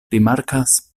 rimarkas